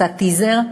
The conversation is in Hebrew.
עשה טיזר,